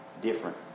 different